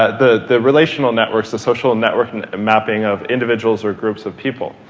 the the relational networks, the social network and mapping of individuals or groups of people.